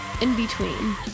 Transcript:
in-between